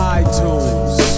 iTunes